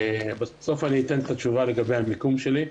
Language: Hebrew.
בסוף אני אתן את התשובה על המיקום שלי.